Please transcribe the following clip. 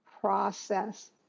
process